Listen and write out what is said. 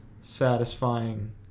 satisfying